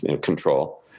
control